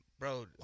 Bro